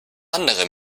andere